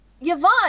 Yvonne